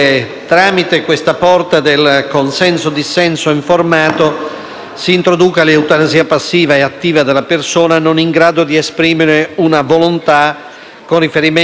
Grazie,